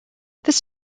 this